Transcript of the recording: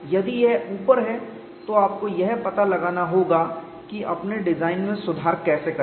यदि यह ऊपर है तो आपको यह पता लगाना होगा कि अपने डिजाइन में सुधार कैसे करें